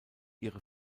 ihre